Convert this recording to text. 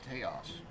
Taos